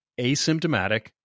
asymptomatic